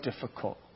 difficult